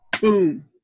boom